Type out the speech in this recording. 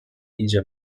idzie